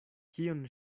kion